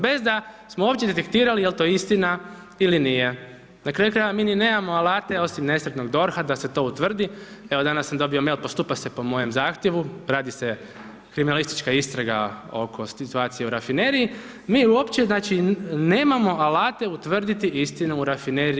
Bez da smo uopće detektirali jel to istina ili nije, na kraju krajeva mi ni nemamo alate osim nesretnog DORH-a da se to utvrdi, evo danas sam dobio mail postupa se po mojem zahtjevu, radi se kriminalistička istraga oko situacije u rafineriji, mi uopće znači nemamo alate utvrditi istinu u rafineriji.